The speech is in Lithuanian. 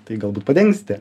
tai galbūt padengsite